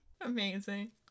Amazing